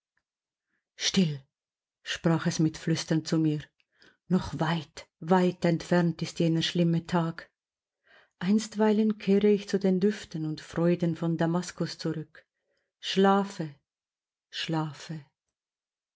still sprach es mit flüstern zu mir noch weit weit entfernt ist jener schlimme tag einstweilen kehre ich zu den düften und freuden von damaskus zurück schlafe schlafe